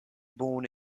born